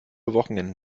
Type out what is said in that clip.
wochenenden